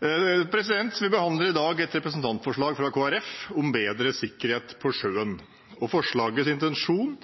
Vi behandler i dag et representantforslag fra Kristelig Folkeparti om bedre sikkerhet på sjøen. Forslagets intensjon